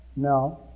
No